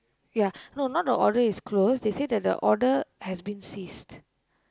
ya no not the order is closed they said that the order has been ceased